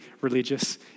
religious